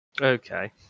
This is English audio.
Okay